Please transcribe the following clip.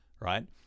right